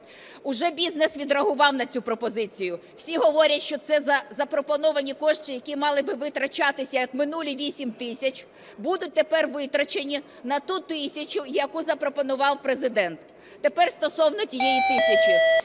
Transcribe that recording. Уже бізнес відреагував на цю пропозицію. Всі говорять, що це запропоновані кошти, які мали би витрачатися як минулі 8 тисяч, будуть тепер витрачені на ту тисячу, яку запропонував Президент. Тепер стосовно тієї тисячі.